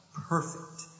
perfect